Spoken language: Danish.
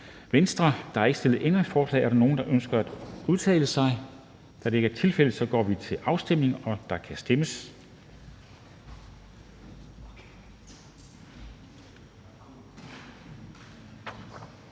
Kristensen): Der er ikke stillet ændringsforslag. Er der nogen, der ønsker at udtale sig? Da det ikke er tilfældet, går vi til afstemning. Kl. 12:27 Afstemning